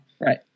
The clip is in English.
Right